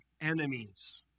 enemies